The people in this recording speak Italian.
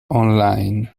online